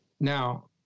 Now